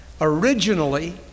Originally